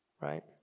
Right